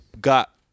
got